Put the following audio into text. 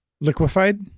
Liquefied